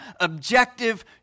objective